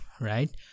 right